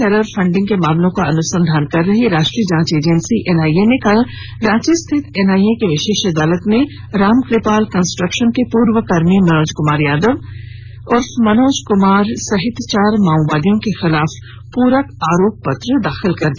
राज्य में terror funding के मामलों का अनुसंधान कर रही राष्ट्रीय जांच एजेंसी एनआइए ने कल रांची स्थित एनआइए की विशेष अदालत में रामकपाल कंस्ट्रक्शन के पूर्व कर्मी मनोज कुमार यादव उर्फ मनोज कुमार सहित चार माओवादियों के खिलाफ प्रक आरोप पत्र दाखिल कर दिया